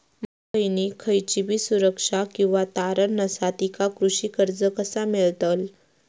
माझ्या बहिणीक खयचीबी सुरक्षा किंवा तारण नसा तिका कृषी कर्ज कसा मेळतल?